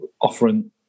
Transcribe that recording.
offering